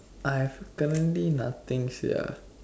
I have currently nothing sia